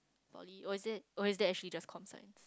poly or is it or is that actually just comm science